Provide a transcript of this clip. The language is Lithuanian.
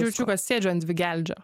jaučiu kad sėdžiu ant dvigeldžio